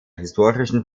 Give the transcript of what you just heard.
historischen